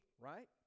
right